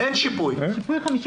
אין שיפוי.